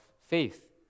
faith